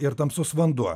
ir tamsus vanduo